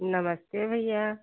नमस्ते भैया